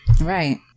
right